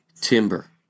timber